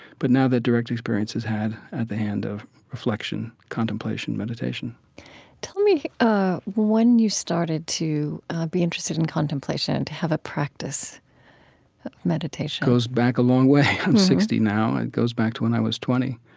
but now that direct experience is had at the hand of reflection, contemplation, meditation tell me ah when you started to be interested in contemplation, to have a practice meditation it goes back a long way. i'm sixty now and it goes back to when i was twenty.